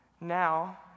Now